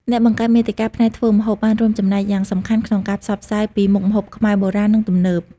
អ្នកបង្កើតមាតិកាផ្នែកធ្វើម្ហូបបានរួមចំណែកយ៉ាងសំខាន់ក្នុងការផ្សព្វផ្សាយពីមុខម្ហូបខ្មែរបុរាណ និងទំនើប។